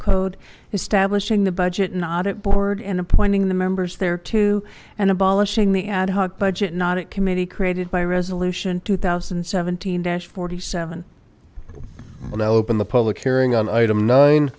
code establishing the budget and audit board and appointing the members thereto and abolishing the ad hoc budget not at committee created by resolution two thousand and seventeen forty seven when i open the public hearing on item nine